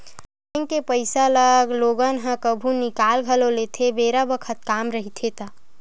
bank के पइसा ल लोगन ह कभु निकाल घलो लेथे बेरा बखत काम रहिथे ता